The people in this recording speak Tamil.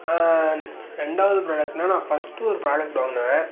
ரெண்டாவது புராடக்ட்னா நான் ஃபஸ்ட்டு ஒரு ப்ராடக்ட் வாங்குனேன்